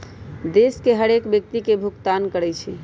देश के हरेक व्यक्ति के भुगतान करइ छइ